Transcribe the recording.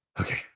Okay